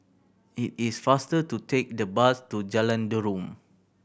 it is faster to take the bus to Jalan Derum